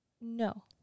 no